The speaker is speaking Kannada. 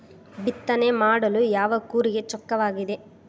ಬಿತ್ತನೆ ಮಾಡಲು ಯಾವ ಕೂರಿಗೆ ಚೊಕ್ಕವಾಗಿದೆ?